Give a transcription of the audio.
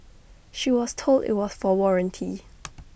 she was told IT was for warranty